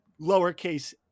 lowercase